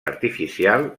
artificial